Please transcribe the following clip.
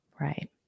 Right